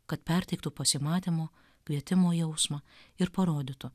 kad perteiktų pasimatymo kvietimo jausmą ir parodytų